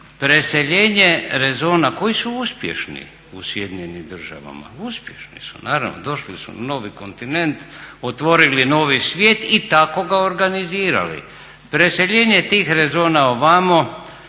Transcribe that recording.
Preseljenje rezona koji su uspješni u SAD-u, uspješni su naravno, došli su na novi kontinent, otvorili novi svijet i tako ga organizirali. Preseljenje tih rezona ovamo